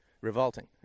Revolting